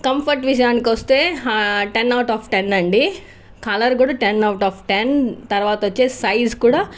comfort విషయానికి వస్తే ten out of ten అండి కలర్ కూడా టెన్ అవుట్ ఆఫ్ టెన్ తర్వాత వచ్చి సైజ్ కూడా